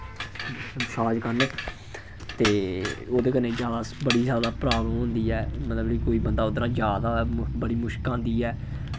शाच करन ते ओह्दे कन्नै ज्यादा बड़ी ज्यादा प्राब्लम होंदी ऐ मतलब कि कोई बंदा उद्धरा जा दा होऐ बड़ी मुश्क आंदी ऐ